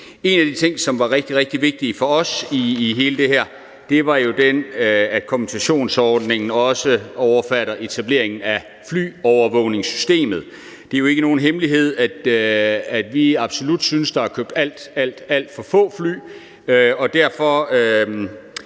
En af de ting, som var rigtig, rigtig vigtig for os i hele det her, var jo det, at kompensationsordningen også omfatter etableringen af flyovervågningssystemet. Det er jo ikke nogen hemmelighed, at vi absolut synes, der er købt alt, alt for få fly. Og derfor